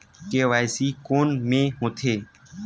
KYC कोन में होथे?